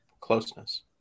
Closeness